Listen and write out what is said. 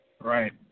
Right